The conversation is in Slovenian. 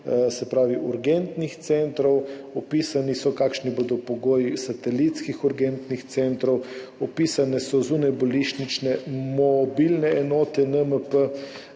sistem urgentnih centrov. Opisani so, kakšni bodo pogoji satelitskih urgentnih centrov, opisane so zunajbolnišnične mobilne enote NMP,